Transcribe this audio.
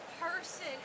person